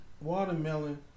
watermelon